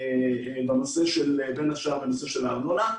בין השאר בנושא הארנונה.